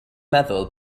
meddwl